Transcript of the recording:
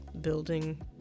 building